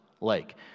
lake